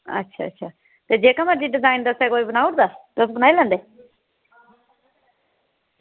ते जेह्का मर्ज़ी डिजाईन दस्सो ते तुस बनाई लैंदे